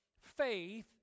faith